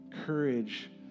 Courage